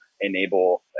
enable